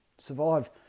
survive